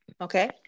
Okay